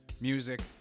music